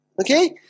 Okay